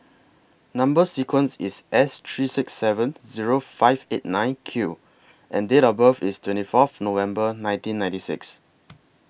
Number sequence IS S three six seven Zero five eight nine Q and Date of birth IS twenty Fourth November nineteen ninety six